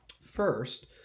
first